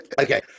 Okay